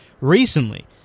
Recently